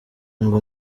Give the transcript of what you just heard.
ngo